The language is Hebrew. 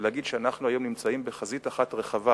ולהגיד שאנחנו נמצאים היום בחזית אחת רחבה